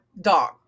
dog